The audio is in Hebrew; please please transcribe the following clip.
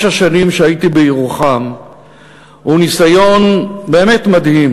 השנים שהייתי בירוחם הוא ניסיון באמת מדהים: